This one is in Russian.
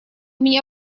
меня